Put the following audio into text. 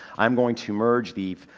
i'm going to merge the,